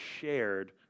shared